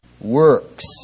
works